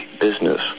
business